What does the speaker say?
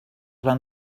van